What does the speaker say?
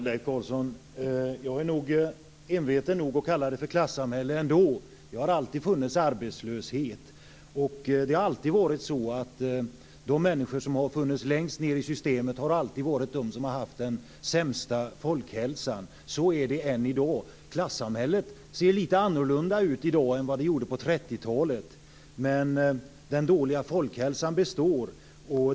Fru talman! Leif Carlson! Jag är enveten nog att kalla det för klassamhälle ändå. Det har alltid funnits arbetslöshet, och de människor som funnits längst ned i systemet har alltid varit de som haft den sämsta folkhälsan. Så är det än i dag. Klassamhället ser lite annorlunda ut i dag än vad det gjorde på 30-talet, men den dåliga folkhälsan består.